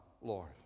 Lord